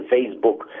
Facebook